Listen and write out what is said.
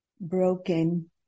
broken